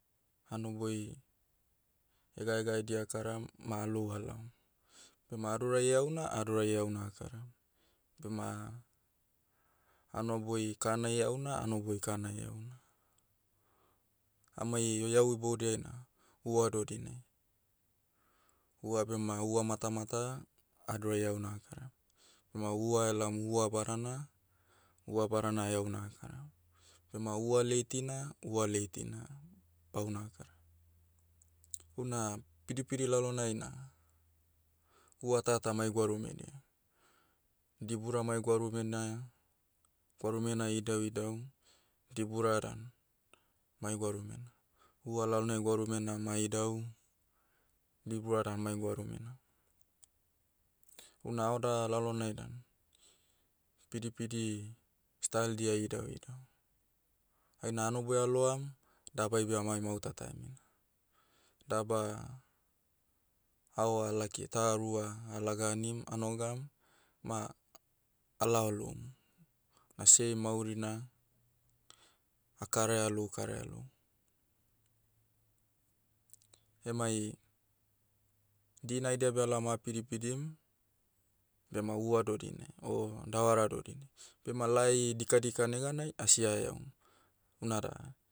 Hanoboi, hegaegaedia akaram, ma alou alaom. Bema adorai eauna adorai eauna akaram. Bema, hanoboi kana eauna hanoboi kana eauna. Amai, oi- eau iboudiai na, hua dodinai. Hua bema hua matamata, adorai eauna akaram. Bema hua elaom hua badana, hua badana heauna akaram. Bema hua leitina, hua leitina, pauna kara. Huna, pidipidi lalonai na, hua tata mai gwarumedia. Dibura mai gwarumena, gwarumena idauidau, dibura dan, mai gwarumena. Hua lalonai gwarumena ma idau, dibura dan mai gwarumena. Una haoda lalonai dan, pidipidi, style'dia idauidau. Aina hanoboi aloam, dabai beh amai mahuta taemina. Daba, haoa lakia ta rua ah laga anim, anogam, ma, alao loum. Asiai maurina, ah karaia lou karaia loum. Emai, dina aidia beh alaom ah pidipidim, bema hua dodinai, o, davara dodinai. Bema lai, dikadika neganai, asi aheaum. Unada,